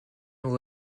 will